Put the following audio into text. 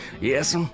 Yes